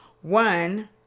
One